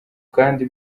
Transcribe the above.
kandi